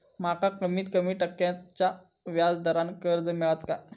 माका कमीत कमी टक्क्याच्या व्याज दरान कर्ज मेलात काय?